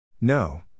No